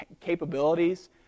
capabilities